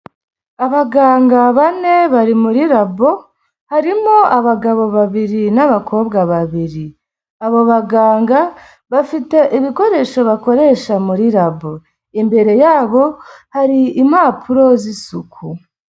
Abaganga bane bari muri labo, harimo abagabo babiri n'abakobwa babiri. Abo baganga bafite ibikoresho bakoresha muri labo. Imbere yabo hari impapuro z'isuku.